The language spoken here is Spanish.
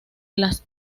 las